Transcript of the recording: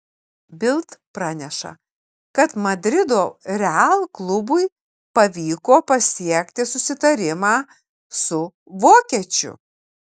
bild praneša kad madrido real klubui pavyko pasiekti susitarimą su vokiečiu